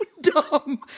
dumb